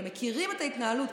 הם מכירים את ההתנהלות.